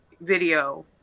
video